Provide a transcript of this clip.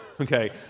okay